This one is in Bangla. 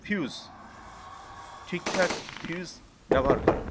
ফিউস ঠিকঠাক ফিউজ ব্যবহার করা